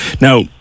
Now